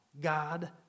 God